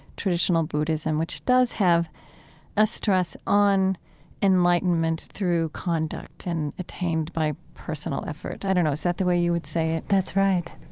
traditional buddhism, which does have a stress on enlightenment through conduct and attained by personal effort. i don't know, is that the way you would say it? that's right.